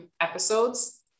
episodes